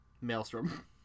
Maelstrom